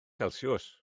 celsius